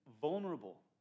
vulnerable